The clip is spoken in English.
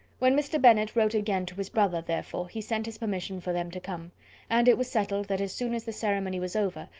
when mr. bennet wrote again to his brother, therefore, he sent his permission for them to come and it was settled, that as soon as the ceremony was over,